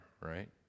right